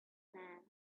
land